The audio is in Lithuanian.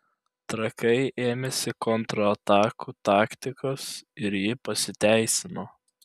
trakai ėmėsi kontratakų taktikos ir ji pasiteisino